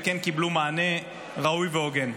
וכן קיבלו מענה ראוי והוגן.